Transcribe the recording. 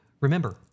Remember